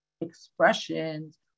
expressions